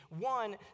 one